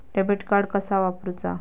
Debit card कसा वापरुचा?